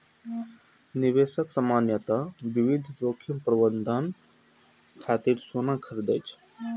निवेशक सामान्यतः विविध जोखिम प्रबंधन खातिर सोना खरीदै छै